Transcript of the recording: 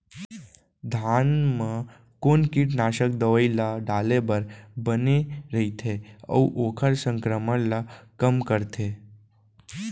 धान म कोन कीटनाशक दवई ल डाले बर बने रइथे, अऊ ओखर संक्रमण ल कम करथें?